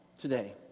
today